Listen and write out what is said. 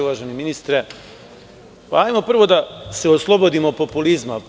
Uvaženi ministre, hajde prvo da se oslobodimo populizma.